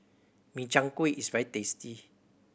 Min Chiang Kueh is very tasty